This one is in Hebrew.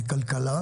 משרד הכלכלה.